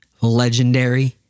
legendary